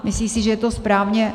Myslí si, že je to správně.